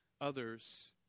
others